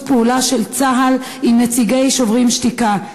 פעולה של צה"ל עם נציגי "שוברים שתיקה",